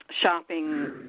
shopping